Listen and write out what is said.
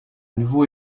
nouveau